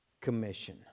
Commission